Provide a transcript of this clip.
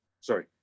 sorry